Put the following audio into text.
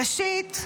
ראשית,